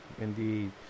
indeed